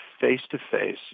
face-to-face